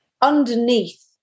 underneath